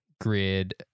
grid